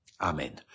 Amen